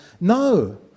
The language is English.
No